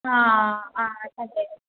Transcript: ആ ആ അതെ